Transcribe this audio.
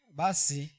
basi